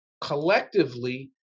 Collectively